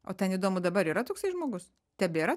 o ten įdomu dabar yra toksai žmogus tebėra